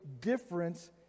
difference